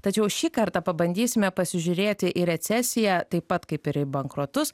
tačiau šį kartą pabandysime pasižiūrėti į recesiją taip pat kaip ir į bankrotus